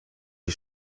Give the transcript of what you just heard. die